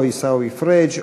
או עיסאווי פריג',